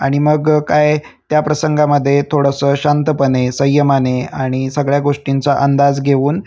आणि मग काय त्या प्रसंगामध्ये थोडंसं शांतपणे संयमाने आणि सगळ्या गोष्टींचा अंदाज घेऊन